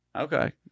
Okay